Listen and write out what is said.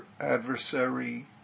adversary